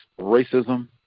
racism